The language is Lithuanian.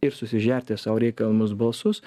ir susižerti sau reikiamus balsus